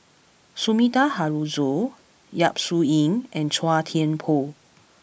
Sumida Haruzo Yap Su Yin and Chua Thian Poh